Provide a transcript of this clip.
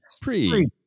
pre